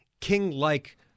king-like